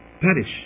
perish